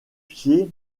pied